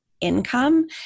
income